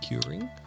curing